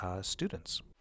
students